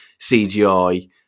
CGI